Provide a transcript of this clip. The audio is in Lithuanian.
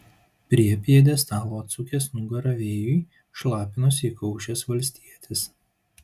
prie pjedestalo atsukęs nugarą vėjui šlapinosi įkaušęs valstietis